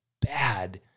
bad